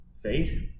faith